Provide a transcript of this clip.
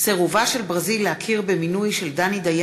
אחמד טיבי, עאידה תומא